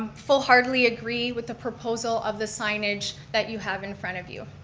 full heartedly agree with the proposal of the signage that you have in front of you.